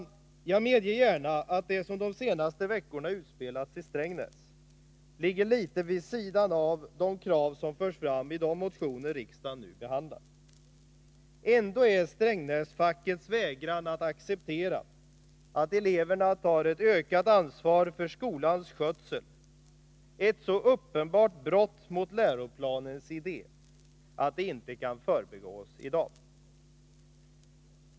Jag medger gärna att det som de senaste veckorna utspelats i Strängnäs ligger litet vid sidan om de krav som förs fram i de motioner riksdagen nu behandlar. Ändå är Strängnäsfackets vägran att acceptera att eleverna tar ett ökat ansvar för skolans skötsel ett så uppenbart brott mot läroplanens idé att det inte kan förbigås i dag.